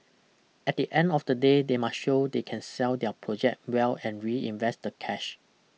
at the end of the day they must show they can sell their project well and reinvest the cash